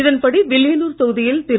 இதன்படி வில்லியனூர் தொகுதியில் திரு